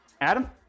Adam